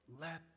Let